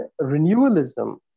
renewalism